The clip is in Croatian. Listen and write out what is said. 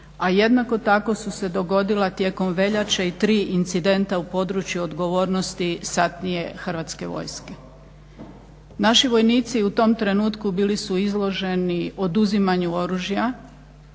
a jednako tako su se dogodila tijekom veljače i 3 incidenta u području odgovornosti satnije Hrvatske vojske. Naši vojnici u tom trenutku bili su izloženi oduzimanju oružja